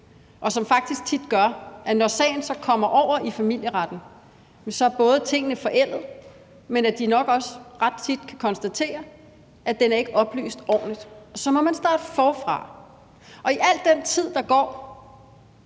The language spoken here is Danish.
og som faktisk tit gør, at når sagen så kommer over i familieretten, er tingene forældet; og ret tit kan de nok også konstatere, at sagen ikke er oplyst ordentligt, og så må man starte forfra. Og i al den tid, der går,